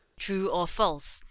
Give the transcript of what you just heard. true or false,